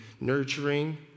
nurturing